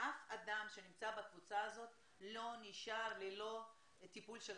שאף אדם שנמצא בקבוצה הזאת לא נשאר ללא טיפול שלכם,